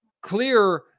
clear